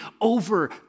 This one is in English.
over